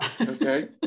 Okay